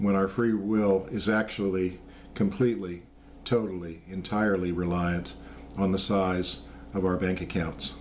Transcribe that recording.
when our free will is actually completely totally entirely reliant on the size of our bank accounts